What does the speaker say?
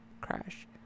crash